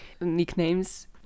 nicknames